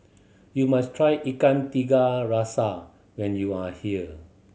you must try Ikan Tiga Rasa when you are here